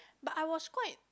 but I was quite